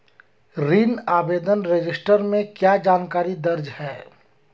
ऋण आवेदन रजिस्टर में क्या जानकारी दर्ज है?